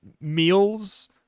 meals